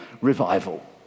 revival